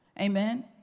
amen